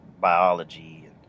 biology